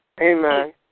Amen